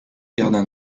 gardien